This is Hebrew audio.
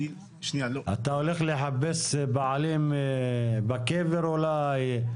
אתה הולך לחפש בעלים בקבר אולי.